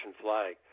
flag